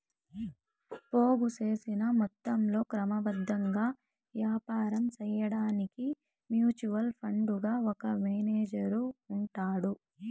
పోగు సేసిన మొత్తంలో క్రమబద్ధంగా యాపారం సేయడాన్కి మ్యూచువల్ ఫండుకు ఒక మేనేజరు ఉంటాడు